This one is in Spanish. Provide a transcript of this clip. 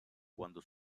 cuando